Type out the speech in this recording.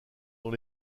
dont